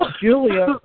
Julia